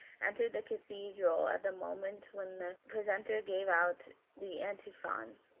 entered the cathedral at the moment when the precentor gave out the antiphon